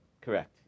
Correct